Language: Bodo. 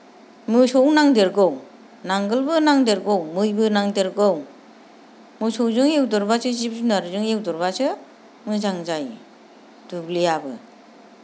मोसौ नांदेरगौ नांगोलबो नांदेरगौ मैबो नांदेरगौ मोसौजों एवदेरब्लासो जिब जुनादजों एवदेरब्लासो मोजां जायो दुब्लियाबो